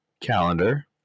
calendar